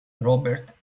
robert